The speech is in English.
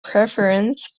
preference